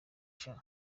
sha